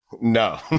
no